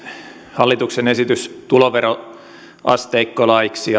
hallituksen esitys tuloveroasteikkolaiksi